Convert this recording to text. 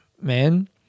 man